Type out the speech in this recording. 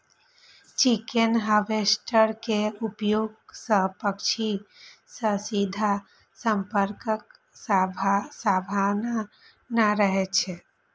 chicken harvester के उपयोग सं पक्षी सं सीधा संपर्कक संभावना नै रहै छै